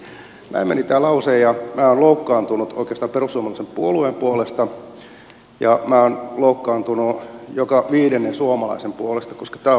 näin meni tämä lause ja minä olen loukkaantunut oikeastaan perussuomalaisen puolueen puolesta ja minä olen loukkaantunut joka viidennen suomalaisen puolesta koska tämä on valhetta